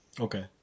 Okay